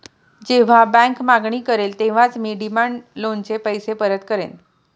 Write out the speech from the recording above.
जेव्हा बँक मागणी करेल तेव्हाच मी डिमांड लोनचे पैसे परत करेन